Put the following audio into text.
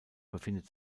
befindet